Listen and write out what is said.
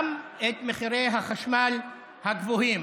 גם את מחירי החשמל הגבוהים.